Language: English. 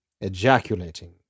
ejaculating